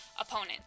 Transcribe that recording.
opponent